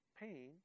pain